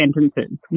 sentences